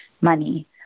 money